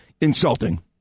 insulting